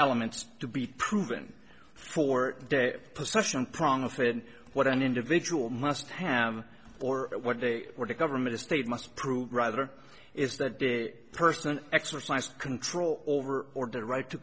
elements to be proven four day perception problem within what an individual must have or what they were the government a state must prove rather is that the person exercise control over or the right to